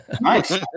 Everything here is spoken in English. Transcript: Nice